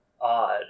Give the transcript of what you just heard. odd